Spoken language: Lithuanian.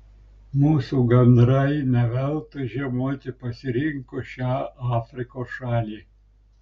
mūsų gandrai ne veltui žiemoti pasirinko šią afrikos šalį